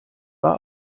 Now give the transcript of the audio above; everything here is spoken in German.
war